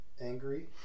angry